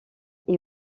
est